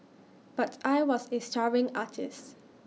but I was A starving artist